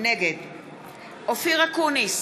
נגד אופיר אקוניס,